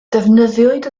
defnyddiwyd